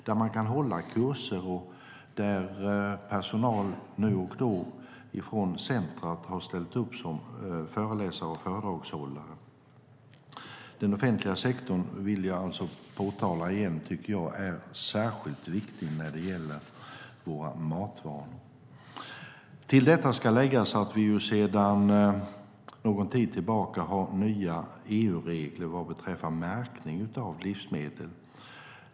De kan hålla kurser, och då och då har personal från centret ställt upp som föreläsare och föredragshållare. Jag vill säga det igen: Jag tycker att den offentliga sektorn är särskilt viktig när det gäller våra matvanor. Till detta ska läggas att vi sedan en tid tillbaka har nya EU-regler vad beträffar märkning av livsmedel.